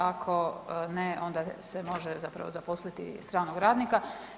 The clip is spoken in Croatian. Ako ne, onda se može zapravo zaposliti stranog radnika.